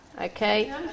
Okay